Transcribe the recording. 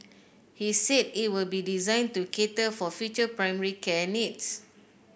he said it will be designed to cater for future primary care needs